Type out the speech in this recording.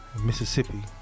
Mississippi